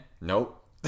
Nope